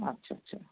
আচ্ছা আচ্ছা